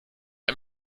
ein